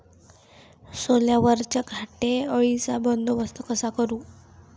सोल्यावरच्या घाटे अळीचा बंदोबस्त कसा करू?